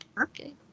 okay